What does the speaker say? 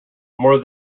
more